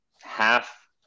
half